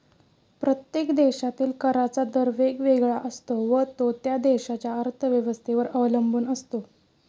प्रत्येक देशातील कराचा दर वेगवेगळा असतो व तो त्या देशाच्या अर्थव्यवस्थेवर अवलंबून असतो